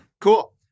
Cool